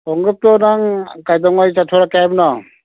ꯈꯣꯡꯎꯞꯇꯣ ꯅꯪ ꯀꯩꯗꯧꯉꯩ ꯆꯠꯊꯣꯔꯛꯀꯦ ꯍꯥꯏꯕꯅꯣ